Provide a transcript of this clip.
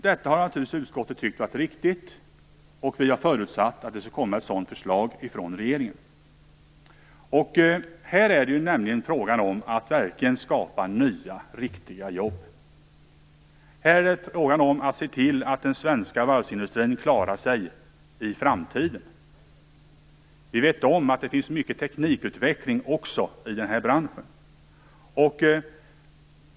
Detta har utskottet tyckt varit riktigt, och förutsatt att ett sådant förslag skall komma från regeringen. Det är nämligen fråga om att verkligen skapa nya, riktiga jobb. Det är fråga om att se till att den svenska varvsindustrin klarar sig i framtiden. Vi vet om att teknikutvecklingen är snabb också i den här branschen.